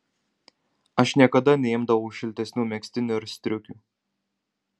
aš niekada neimdavau šiltesnių megztinių ar striukių